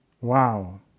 wow